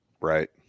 Right